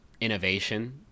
innovation